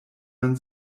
man